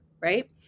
Right